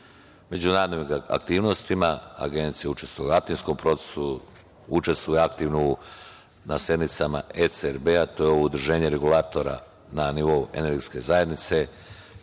239.Međunarodne aktivnosti. Agencija učestvuje u Atinskom procesu, učestvuje aktivno na sednicama ECRB-a. To je ovo udruženje regulatora na nivou Energetske zajednice,